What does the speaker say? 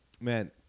man